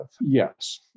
Yes